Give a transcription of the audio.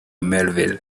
melville